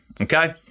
okay